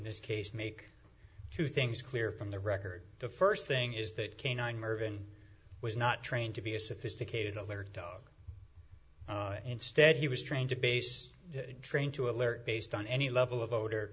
this case make two things clear from the record the first thing is that canine mirvan was not trained to be a sophisticated alert dog instead he was trained to base train to alert based on any level of o